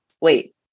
wait